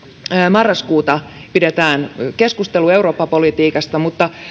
marraskuuta pidetään keskustelu eurooppa politiikasta mutta